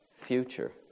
future